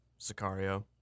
Sicario